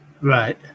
Right